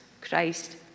Christ